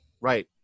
right